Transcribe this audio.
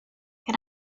can